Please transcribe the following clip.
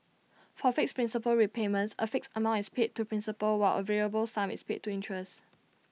for fixed principal repayments A fixed amount is paid to principal while A variable sum is paid to interest